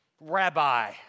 rabbi